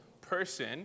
person